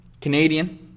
Canadian